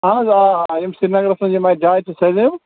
اَہن حظ آ یِم سرینگرَس منٛز یِم آتہِ جایہِ چھِ سٲلِم